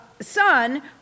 son